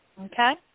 Okay